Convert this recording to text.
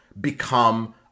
become